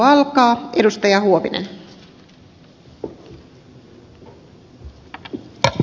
arvoisa rouva puhemies